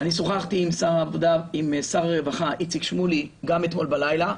אני שוחחתי עם שר הרווחה איציק שמולי גם אתמול בלילה.